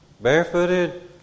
Barefooted